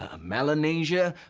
ah melanesia,